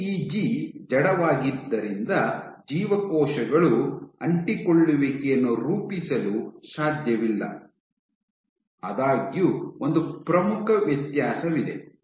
PEG ಜಡವಾಗಿದ್ದರಿಂದ ಜೀವಕೋಶಗಳು ಅಂಟಿಕೊಳ್ಳುವಿಕೆಯನ್ನು ರೂಪಿಸಲು ಸಾಧ್ಯವಿಲ್ಲ ಆದಾಗ್ಯೂ ಒಂದು ಪ್ರಮುಖ ವ್ಯತ್ಯಾಸವಿದೆ